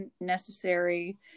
necessary